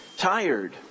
tired